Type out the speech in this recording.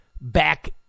back